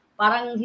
parang